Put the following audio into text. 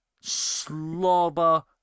slobber